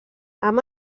amb